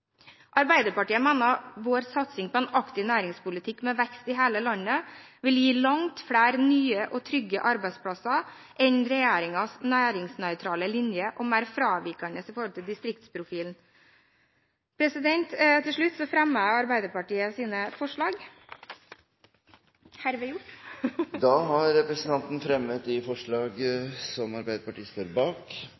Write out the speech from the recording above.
Arbeiderpartiet mener at vår satsing på en aktiv næringspolitikk med vekst i hele landet vil gi langt flere nye og trygge arbeidsplasser enn regjeringens næringsnøytrale og mer fraværende linje når det gjelder distriktsprofil. Til slutt fremmer jeg Arbeiderpartiets forslag. Representanten Else-May Botten har tatt opp de